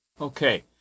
Okay